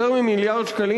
יותר ממיליארד שקלים,